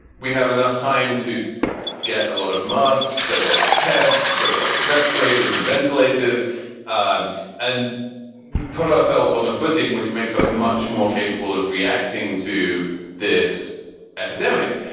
we have enough time to get a lot of masks, masks, get a lot of tests, get a lot of respirators and ventilators and and put ourselves on a footing which makes us much more capable of reacting to this epidemic.